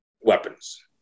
weapons